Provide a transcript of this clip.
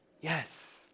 yes